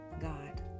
God